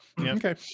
Okay